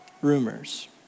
Rumors